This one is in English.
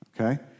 Okay